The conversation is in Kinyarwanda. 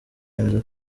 yemeza